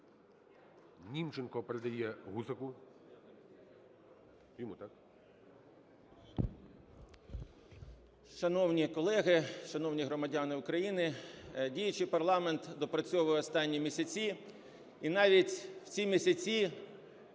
Німченко передає Гусаку. 10:19:47 СКОРИК М.Л. Шановні колеги! Шановні громадяни України! Діючий парламент допрацьовує останні місяці, і навіть в ці місяці